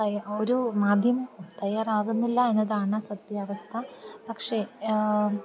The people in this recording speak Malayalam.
തയ്യാർ ഒരു മാധ്യമം തയ്യാറാകുന്നില്ല എന്നതാണ് സത്യാവസ്ഥ പക്ഷേ